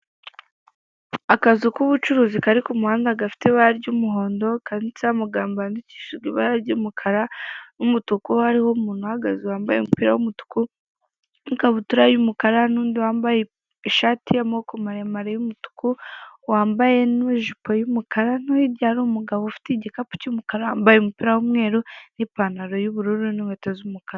Akazu k'ubucuruzi kari ku kumuhanda gafite ibara ry'umuhondo kanditseho amagambo yandikishijwe ibara ry'umukara n'umutuku hariho umuntu uhagaze wambaye umupira w'umutuku n'ikabutura y'umukara, n'undi wambaye ishati y'amaboko maremare y'umutuku wambaye n'ijipo y'umukara no hirya hari umugabo ufite igikapu cy'umukara wambaye umupira w'umweru n'ipantaro y'ubururu n'inkweto z'umukara.